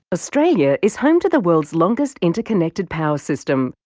australia is home to the world's longest interconnected power system,